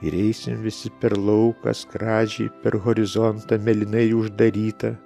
ir eisim visi per lauką skradžiai per horizontą mėlynai uždarytą